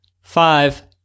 five